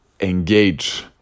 engage